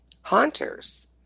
haunters